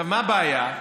מה הבעיה?